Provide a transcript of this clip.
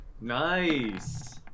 Nice